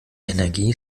energie